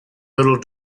little